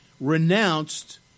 renounced